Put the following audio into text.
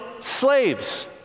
slaves